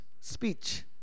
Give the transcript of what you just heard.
Speech